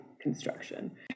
construction